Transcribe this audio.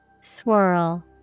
Swirl